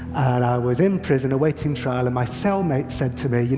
and i was in prison awaiting trial, and my cellmate said to me,